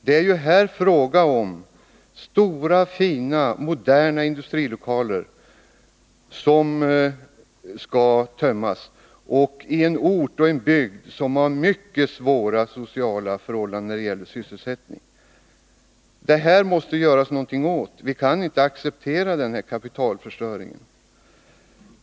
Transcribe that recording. Det är fråga om stora, fina, moderna industrilokaler som skall tömmas — i en bygd som har mycket svåra sysselsättningsförhållanden. Det måste göras någonting åt detta. Vi kan inte acceptera en sådan kapitalförstöring.